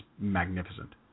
magnificent